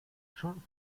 schon